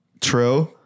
true